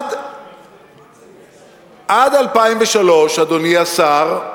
עד 2003, אדוני השר,